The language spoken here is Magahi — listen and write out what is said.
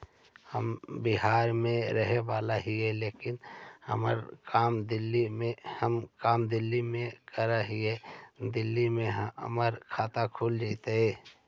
हम बिहार के रहेवाला हिय लेकिन हम काम दिल्ली में कर हिय, दिल्ली में हमर खाता खुल जैतै?